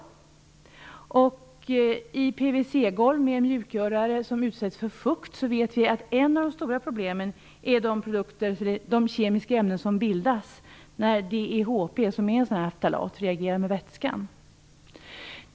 Ett stort problem när PVC-golv med mjukgörare utsätts för fukt är de kemiska ämnen som bildas på grund av att DEHP, som är en ftalat, reagerar med vätska.